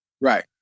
Right